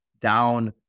down